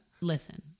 listen